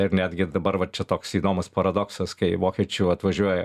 ir netgi dabar va čia toks įdomus paradoksas kai vokiečių atvažiuoja